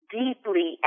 deeply